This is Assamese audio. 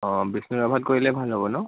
অঁ বিষ্ণু ৰাভাত কৰিলে ভাল হ'ব ন